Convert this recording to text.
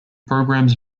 programmes